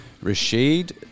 Rashid